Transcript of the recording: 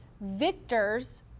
Victors